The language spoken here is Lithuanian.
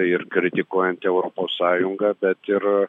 ir kritikuojant europos sąjungą bet ir